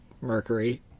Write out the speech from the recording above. mercury